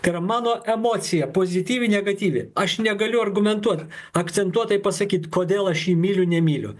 tai yra mano emocija pozityvi negatyvi aš negaliu argumentuot akcentuotai pasakyt kodėl aš jį myliu nemyliu